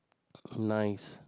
nice